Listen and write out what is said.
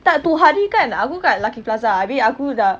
tak itu hari kan aku kat lucky plaza habis aku dah